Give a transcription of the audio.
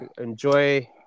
enjoy